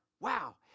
Wow